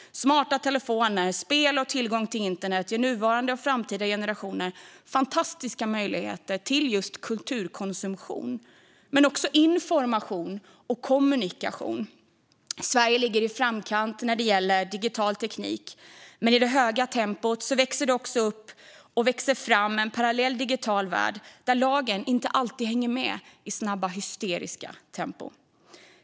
Smarta telefoner, spel och tillgång till internet ger nuvarande och framtida generationer fantastiska möjligheter till just kulturkonsumtion, och det gäller också information och kommunikation. Sverige ligger i framkant när det gäller digital teknik, men i det höga tempot växer det fram en parallell digital värld där lagen inte alltid hänger med i snabba och hysteriska tempon.